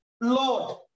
Lord